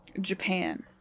Japan